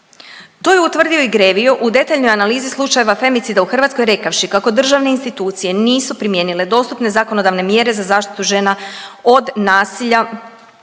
To je utvrdio i GREVIO u detaljnoj analizi slučajeva femicida u Hrvatskoj rekavši kako državne institucije nisu primijenile dostupne zakonodavne mjere za zaštitu žena od nasilja